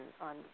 on